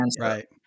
Right